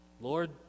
Lord